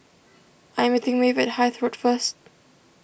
I am meeting Maeve at Hythe Road first